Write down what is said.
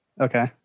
Okay